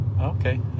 Okay